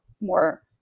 more